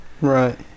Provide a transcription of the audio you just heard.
Right